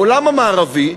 העולם המערבי,